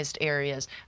areas